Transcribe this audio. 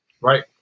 right